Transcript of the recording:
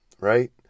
right